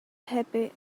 happy